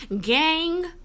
gang